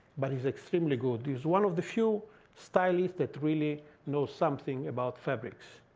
but he's extremely good. he's one of the few stylists that really knows something about fabrics.